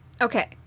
Okay